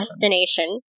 destination